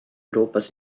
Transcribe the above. europas